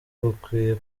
bukwiye